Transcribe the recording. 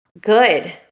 good